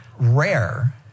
rare